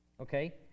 Okay